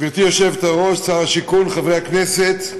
גברתי היושבת-ראש, שר השיכון, חברי הכנסת,